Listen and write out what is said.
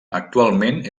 actualment